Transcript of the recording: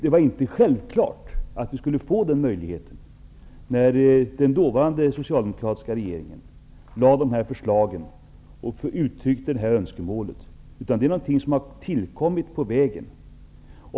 Det var inte självklart att vi skulle få den möjligheten när den dåvarande socialdemokratiska regeringen lade fram de här förslagen och uttryckte det önskemålet, utan det är någonting som har tillkommit på vägen.